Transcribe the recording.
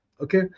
okay